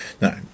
No